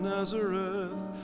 Nazareth